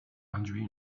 induit